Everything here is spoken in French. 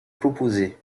proposé